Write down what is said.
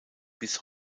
bis